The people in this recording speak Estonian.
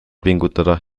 pingutada